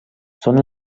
són